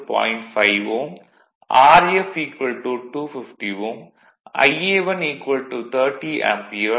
5 Ω Rf 250 Ω Ia1 30 ampere n1 500 R